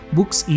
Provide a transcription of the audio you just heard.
Books